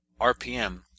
RPM